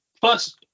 Plus